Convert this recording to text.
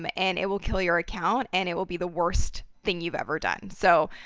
um and it will kill your account, and it will be the worst thing you've ever done. so,